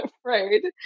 afraid